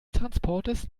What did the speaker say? transportes